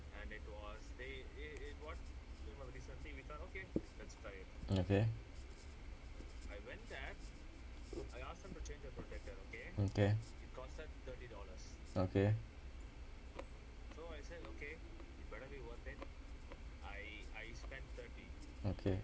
okay okay okay okay